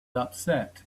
upset